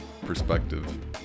perspective